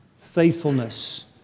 faithfulness